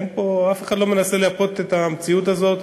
אין פה, אף אחד לא מנסה לייפות את המציאות הזאת.